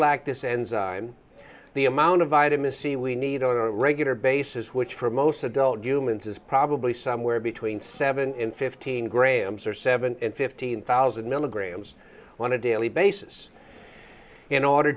lack this enzyme the amount of vitamin c we need on a regular basis which for most adult humans is probably somewhere between seven and fifteen grams or seven fifteen thousand milligrams wanted daily basis in order